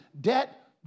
debt